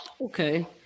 Okay